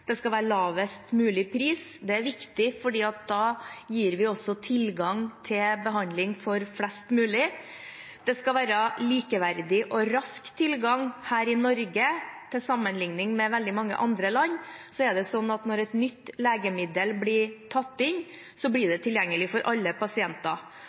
det skal være lavest mulig pris. Det er viktig fordi da gir vi også tilgang til behandling for flest mulig. Det skal være likeverdig og rask tilgang. Her i Norge, til sammenligning med veldig mange andre land, er det sånn at når et nytt legemiddel blir tatt inn, blir